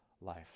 life